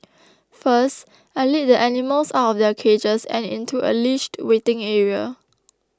first I lead the animals out of their cages and into a leashed waiting area